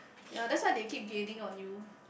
ya that's why they keep gaining on you